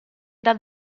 dal